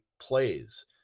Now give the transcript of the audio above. plays